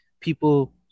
people